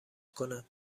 کنه